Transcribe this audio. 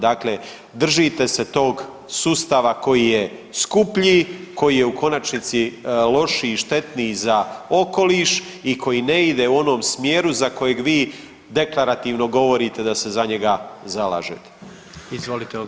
Dakle, držite se tog sustava koji je skuplji, koji je u konačnici lošiji i štetniji za okoliš i koji ne ide u onom smjeru za kojeg vi deklarativno govorite da se za njega zalažete.